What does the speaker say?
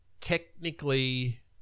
technically